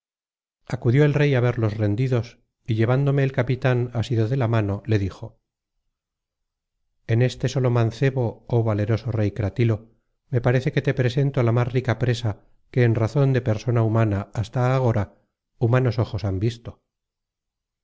acudió el rey á ver los rendidos y lle mancebo joh valeroso rey cratilo me parece que te presento la más rica presa que en razon de persona humana hasta agora humanos ojos han visto